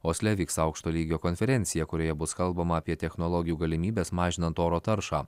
osle vyks aukšto lygio konferencija kurioje bus kalbama apie technologijų galimybes mažinant oro taršą